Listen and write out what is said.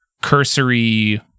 cursory